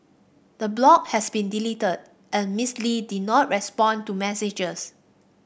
the blog has been deleted and Miss Lee did not respond to messages